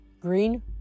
green